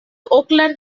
oakland